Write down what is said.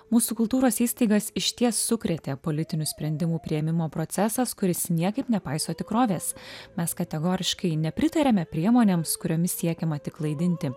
mūsų kultūros įstaigas išties sukrėtė politinių sprendimų priėmimo procesas kuris niekaip nepaiso tikrovės mes kategoriškai nepritariame priemonėms kuriomis siekiama tik klaidinti